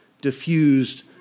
diffused